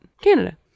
Canada